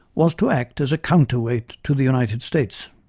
was to act as counterweight to the united states.